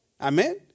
Amen